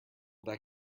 that